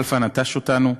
כלפה נטש אותנו,